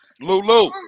lulu